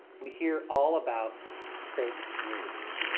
we hear all about fake news.